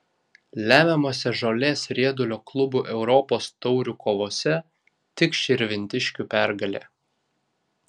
lemiamose žolės riedulio klubų europos taurių kovose tik širvintiškių pergalė